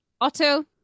otto